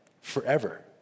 forever